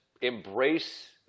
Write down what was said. embrace